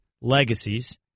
legacies